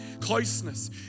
closeness